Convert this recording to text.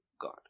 God